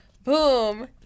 Boom